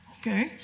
okay